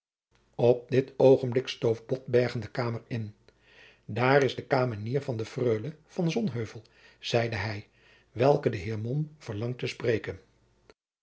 op dit oogenblik stoof botbergen de kamer in daar is de kamenier van de freule van sonheuvel zeide hij welke den heer mom verlangt te spreken